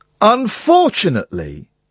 unfortunately